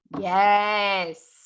Yes